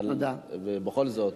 אבל בכל זאת.